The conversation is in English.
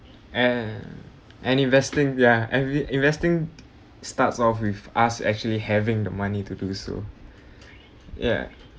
and and investing ya and we~ investing starts off with us actually having the money to do so ya